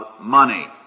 money